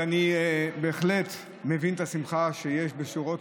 אני בהחלט מבין את השמחה שיש בשורות